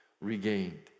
regained